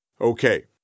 Okay